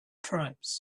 tribes